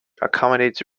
accommodates